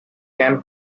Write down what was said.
can